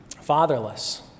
fatherless